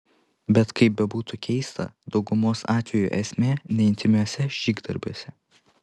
bet kaip bebūtų keista daugumos atvejų esmė ne intymiuose žygdarbiuose